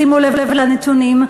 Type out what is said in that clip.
שימו לב לנתונים,